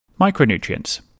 Micronutrients